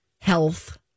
health